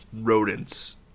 rodents